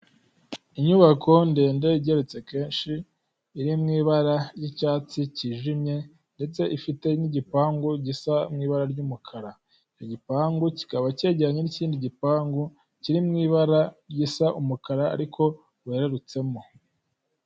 Inyubako ndende igeretse kenshi iri mu ibara ry'icyatsi cyijimye ndetse ifite n'igipangu gisa mu'i ibara ry'umukara, icyo gipangu kikaba cyegeranye n'ikindi gipangu kiri mu ibara risa umukara ariko werurutsemo.